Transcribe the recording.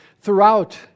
throughout